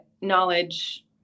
knowledge